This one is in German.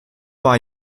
war